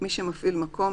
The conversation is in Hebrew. מי שמפעיל מקום,